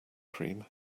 cream